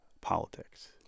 politics